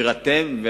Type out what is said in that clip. יירתם,